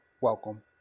Welcome